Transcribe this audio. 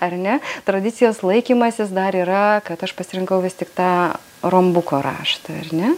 ar ne tradicijos laikymasis dar yra kad aš pasirinkau vis tik tą rombuko raštą ar ne